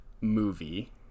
movie